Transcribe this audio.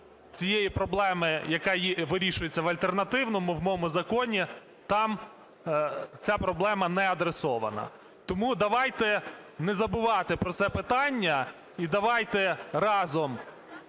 цієї проблеми, яка вирішується в альтернативному, у моєму законі, там ця проблема не адресована. Тому давайте не забувати про це питання і давайте разом